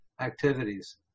activities